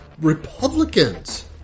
Republicans